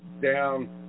down